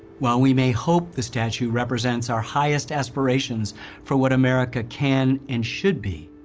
while we may hope the statue represents our highest aspirations for what america can and should be,